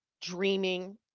dreaming